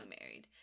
married